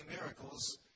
miracles